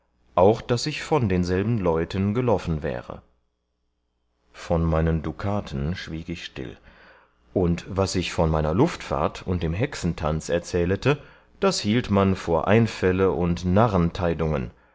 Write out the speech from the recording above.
auch daß ich von denselben leuten geloffen wäre von meinen dukaten schwieg ich still und was ich von meiner luftfahrt und dem hexentanz erzählete das hielt man vor einfälle und